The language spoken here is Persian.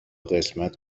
قسمت